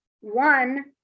one